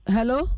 Hello